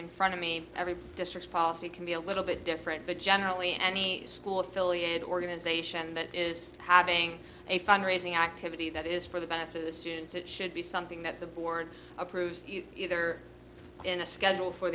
front of me every district policy can be a little bit different but generally any school affiliated organization that is having a fund raising activity that is for the benefit of the students it should be something that the board approves either in a schedule for